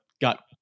got